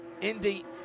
Indy